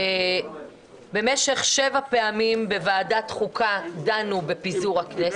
אומר שבמשך שבע פעמים בוועדת החוקה דנו בפיזור הכנסת,